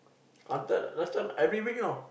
slanted last time every week you know